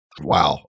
Wow